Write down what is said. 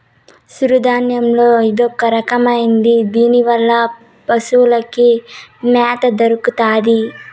సిరుధాన్యాల్లో ఇదొరకమైనది దీనివల్ల పశులకి మ్యాత దొరుకుతాది